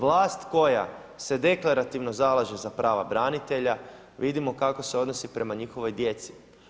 Vlast koja se deklarativno zalaže za prava branitelja vidimo kako se odnosi prema njihovoj djeci.